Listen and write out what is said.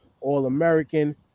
All-American